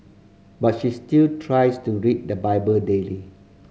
but she still tries to read the Bible daily